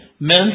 Men